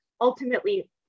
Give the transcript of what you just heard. ultimately